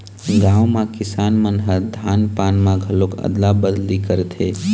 गाँव म किसान मन ह धान पान म घलोक अदला बदली करथे